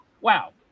Wow